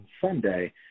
Sunday